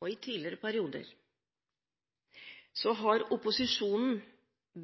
og i tidligere perioder har opposisjonen